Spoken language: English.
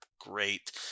great